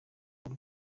w’u